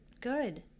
good